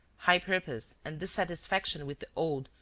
high purpose and dissatisfaction with the old,